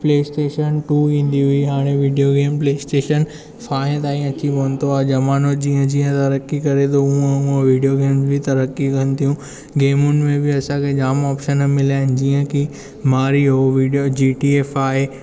play station two ईंदी हुई हाणे विडियो गेम प्ले स्टेशन फाए ताईं अची पहुतो आहे ज़मानो जीअं जीअं तरकी करे थो हूअं हूअं विडियो गेम बि तरकी कनि थियूं गेमुनि में बि असांखे जाम ऑप्शन मिलिया आहिनि जीअं की मारियो विडियो जी टी एफ आहे